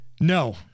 No